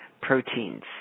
proteins